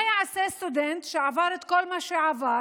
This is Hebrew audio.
מה יעשה סטודנט שעבר את כל מה שעבר